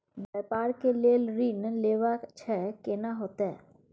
व्यापार के लेल ऋण लेबा छै केना होतै?